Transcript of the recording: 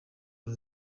uru